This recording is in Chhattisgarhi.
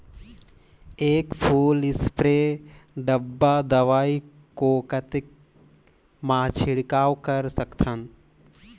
एक फुल स्प्रे डब्बा दवाई को कतेक म छिड़काव कर सकथन?